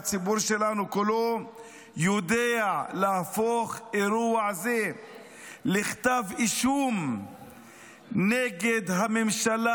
והציבור שלנו כולו יודע להפוך אירוע זה לכתב אישום נגד הממשלה